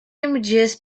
images